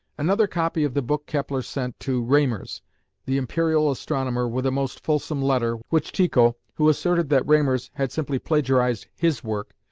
another copy of the book kepler sent to reymers the imperial astronomer with a most fulsome letter, which tycho, who asserted that reymers had simply plagiarised his work,